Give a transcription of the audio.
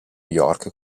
york